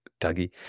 Dougie